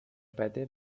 بده